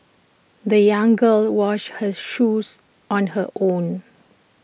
the young girl washed her shoes on her own